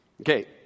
Okay